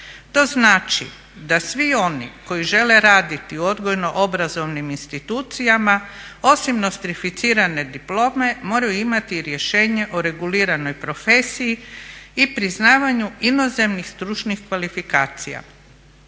To znači da svi oni koji žele raditi u odgojno obrazovnim institucijama osim nostrificirane diplome moraju imati i rješenje o reguliranoj profesiji i priznavanju inozemnih stručnih kvalifikacija.